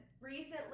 recently